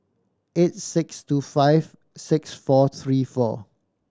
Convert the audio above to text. eight six two five six four three four